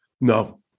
No